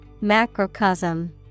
Macrocosm